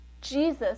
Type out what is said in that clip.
Jesus